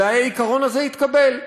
אולי העיקרון הזה יתקבל.